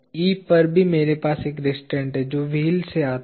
E पर भी मेरे पास एक रिस्ट्रैन्ट है जो व्हील से आता है